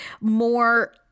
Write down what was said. more